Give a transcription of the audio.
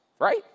right